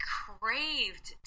craved